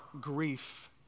grief